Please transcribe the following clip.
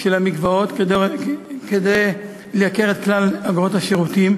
של המקוואות כדי לייקר את כלל אגרות השירותים.